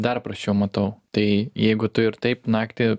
dar prasčiau matau tai jeigu tu ir taip naktį